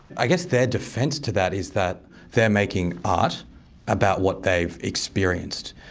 i guess their defense to that is that, they're making art about what they've experienced.